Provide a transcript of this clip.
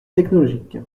technologique